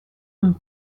een